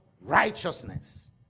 righteousness